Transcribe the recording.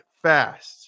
Fast